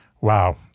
wow